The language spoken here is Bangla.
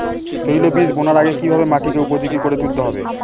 তৈলবীজ বোনার আগে কিভাবে মাটিকে উপযোগী করে তুলতে হবে?